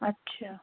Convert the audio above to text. ਅੱਛਾ